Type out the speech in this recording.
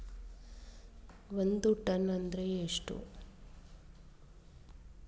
ಒಂದ್ ಟನ್ ಅಂದ್ರ ಎಷ್ಟ?